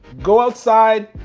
go outside,